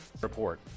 Report